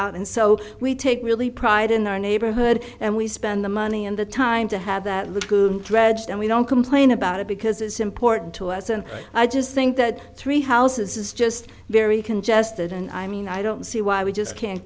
out and so we take really pride in our neighborhood and we spend the money and the time to have that little dredged and we don't complain about it because it's important to us and i just think that three houses is just very congested and i mean i don't see why we just can't